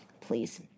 please